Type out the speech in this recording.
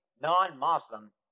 non-Muslim